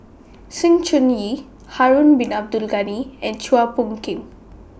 Sng Choon Yee Harun Bin Abdul Ghani and Chua Phung Kim